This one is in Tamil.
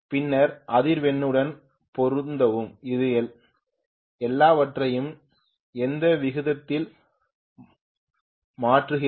பின்னர் அதிர்வெண்ணுடன் பொருந்தவும் இது எல்லாவற்றையும் எந்த விகிதத்தில் மாற்றுகிறது